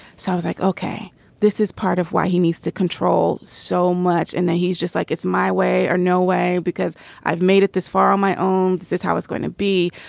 so i was like ok this is part of why he needs to control so much and then he's just like it's my way or no way because i've made it this far on my own. this is how it's going to be.